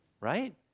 right